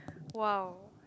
!wow!